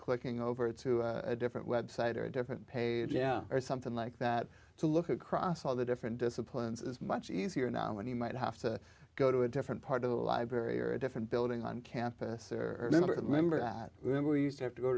clicking over to a different website or a different page yeah or something like that to look across all the different disciplines is much easier now when he might have to go to a different part of the library or a different building on campus or the number of members that were used to have to go